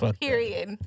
period